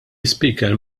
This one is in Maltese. ispeaker